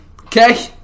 Okay